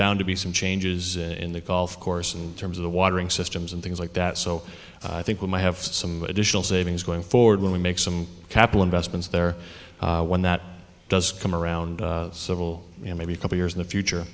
bound to be some changes in the golf course and terms of the watering systems and things like that so i think we might have some additional savings going forward when we make some capital investments there when that does come around several maybe couple years in the future